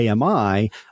AMI